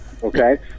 Okay